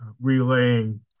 relaying